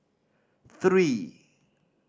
three